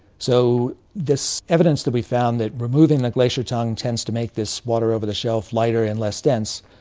so this evidence that we found, that removing the glacier tongue tends to make this water over the shelf lighter and less dense,